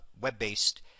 web-based